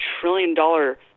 trillion-dollar